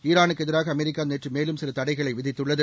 ஈரானுக்கு எதிராக அமெரிக்கா நேற்று மேலும் சில தடைகளை விதித்துள்ளது